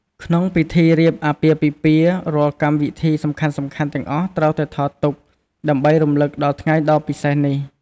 ក្នុងពិធីរៀបអាពាហ៍ពិពាហ៍ រាល់កម្មវិធីសំខាន់ៗទាំងអស់ត្រូវតែថតទុក ដើម្បីរំលឹកដល់ថ្ងៃដ៏ពិសេសនេះ។